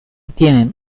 tienen